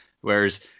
whereas